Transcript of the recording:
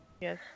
Yes